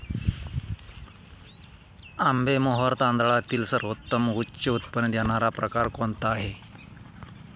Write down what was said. आंबेमोहोर तांदळातील सर्वोत्तम उच्च उत्पन्न देणारा प्रकार कोणता आहे?